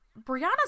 Brianna